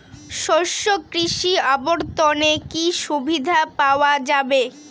শস্য কৃষি অবর্তনে কি সুবিধা পাওয়া যাবে?